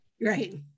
right